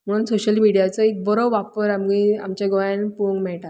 म्हणून सोशल मिडियाचो एक बरो वापर आमच्या गोंयान पळोवंक मेळटा